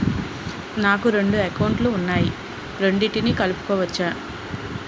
నాకు రెండు అకౌంట్ లు ఉన్నాయి రెండిటినీ కలుపుకోవచ్చా?